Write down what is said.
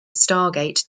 stargate